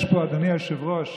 אדוני היושב-ראש,